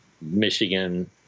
Michigan